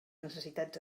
necessitats